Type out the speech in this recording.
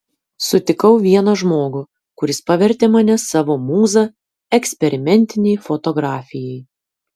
sutikau vieną žmogų kuris pavertė mane savo mūza eksperimentinei fotografijai